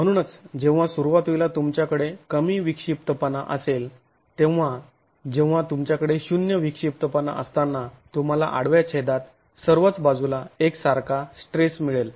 म्हणूनच जेव्हा सुरुवातीला तुमच्याकडे कमी विक्षिप्तपणा असेल तेव्हा जेव्हा तुमच्याकडे शून्य विक्षिप्तपणा असताना तुम्हाला आडव्या छेदात सर्वच बाजूला एक सारखा स्ट्रेस मिळेल